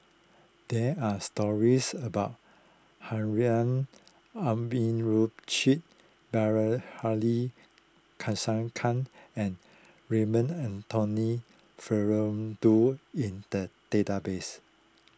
there are stories about Harun Aminurrashid Bilahari Kausikan and Raymond Anthony Fernando in the database